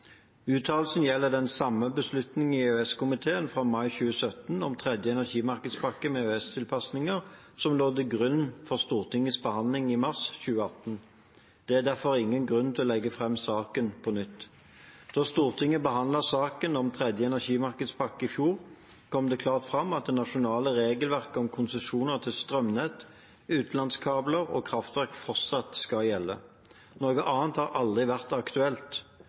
Uttalelsen gjelder den samme beslutningen i EØS-komiteen fra mai 2017 om tredje energimarkedspakke med EØS-tilpasninger som lå til grunn for Stortingets behandling i mars 2018. Det er derfor ingen grunn til å legge fram saken på nytt. Da Stortinget behandlet saken om tredje energimarkedspakke i fjor, kom det klart fram at det nasjonale regelverket om konsesjoner til strømnett, utenlandskabler og kraftverk fortsatt skal gjelde. Noe annet har aldri vært aktuelt.